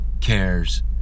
cares